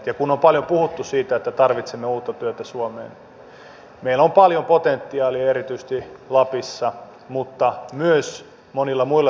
ja kun on paljon puhuttu siitä että tarvitsemme uutta työtä suomeen meillä on paljon potentiaalia ja erityisesti lapissa mutta myös monilla muilla sektoreilla